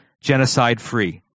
genocide-free